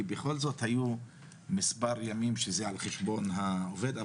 כי בכל זאת היו מספר ימים שזה על חשבון העובד.